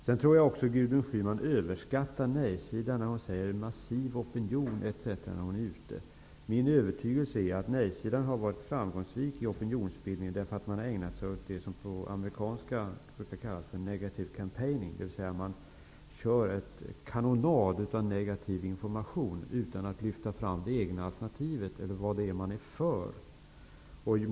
Jag tror också att Gudrun Schyman överskattar nejsidan när hon säger att hon möter en massiv opinion mot EG-medlemskap när hon är ute. Min övertygelse är att nej-sidan har varit framgångsrik i opinionsbildningen därför att den har ägnat sig åt det som på amerikanska brukar kallas för ''negative campaigning'', vilket innebär att man kör en kanonad av negativ information utan att lyfta fram det egna alternativet eller vad det är man är för.